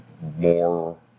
more